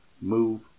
Move